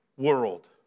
world